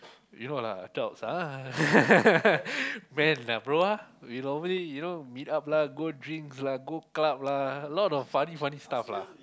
you know lah adults ah men lah bro ah we normally you know meet up lah go drinks lah go club lah a lot of funny funny stuff lah